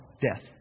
death